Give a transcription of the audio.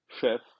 chef